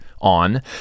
on